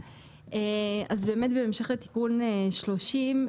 אז באמת בהמשך לתיקון 30,